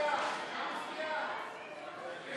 זיהוי ביומטריים ונתוני זיהוי ביומטריים במסמכי זיהוי